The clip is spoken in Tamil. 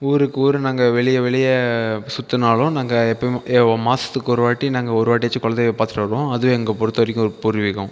ஊருக்கு ஊர் நாங்கள் வெளியே வெளியே சுற்றுனாலும் நாங்கள் எப்பவும் மாதத்துக்கு ஒருவாட்டி நாங்கள் ஒரு வாட்டியாச்சும் குலதெய்வம் பார்த்துட்டு வருவோம் அதுவும் எங்களை பொருத்தவரைக்கும் ஒரு பூர்வீகம்